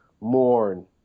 mourn